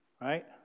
Right